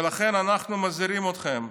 ולכן אנחנו מזהירים אתכם: